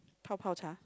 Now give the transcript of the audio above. pao-pao-cha